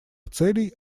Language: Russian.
целей